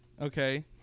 okay